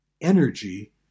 Energy